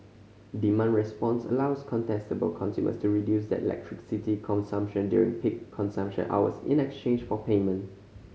demand response allows contestable consumers to reduce their electricity consumption during peak consumption hours in exchange for payment